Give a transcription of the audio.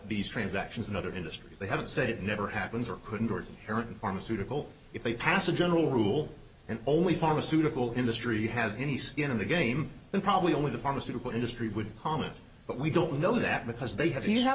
these transactions in other industries they haven't said it never happens or couldn't parent pharmaceutical if they pass a general rule and only pharmaceutical industry has any skin in the game and probably only the pharmaceutical industry would comment but we don't know that because they have you have